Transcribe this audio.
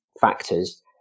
factors